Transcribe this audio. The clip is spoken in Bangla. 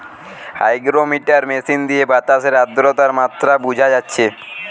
হাইগ্রমিটার মেশিন দিয়ে বাতাসের আদ্রতার মাত্রা বুঝা যাচ্ছে